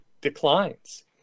declines